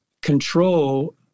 control